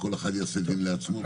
וכל אחד יעשה דין לעצמו.